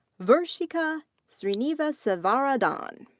varshika srinivasavaradhan.